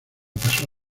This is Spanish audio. pasó